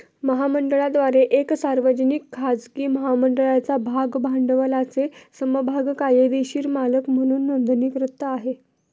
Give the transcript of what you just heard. महामंडळाद्वारे एक सार्वजनिक, खाजगी महामंडळाच्या भाग भांडवलाचे समभाग कायदेशीर मालक म्हणून नोंदणीकृत आहे